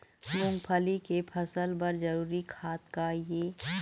मूंगफली के फसल बर जरूरी खाद का ये?